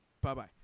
Bye-bye